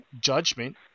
judgment